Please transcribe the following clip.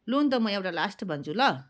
लु न त म एउटा लास्ट भन्छु ल